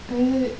is it